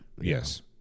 Yes